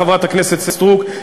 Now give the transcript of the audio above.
חברת הכנסת סטרוק,